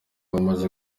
bamaze